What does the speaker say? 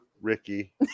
Ricky